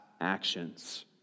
actions